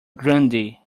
grandee